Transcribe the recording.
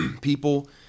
people